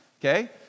Okay